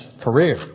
career